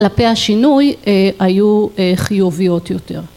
כ‫לפי השינוי, היו חיוביות יותר.